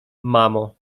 mamo